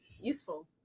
useful